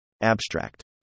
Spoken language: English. Abstract